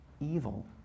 evil